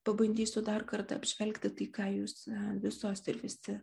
pabandysiu dar kartą apžvelgti tai ką jūs visos ir visi